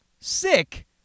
sick